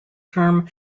term